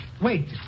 Wait